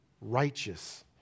righteous